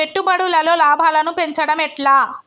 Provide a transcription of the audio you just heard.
పెట్టుబడులలో లాభాలను పెంచడం ఎట్లా?